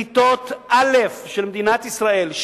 בכיתות א' של מדינת ישראל,